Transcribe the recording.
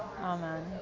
Amen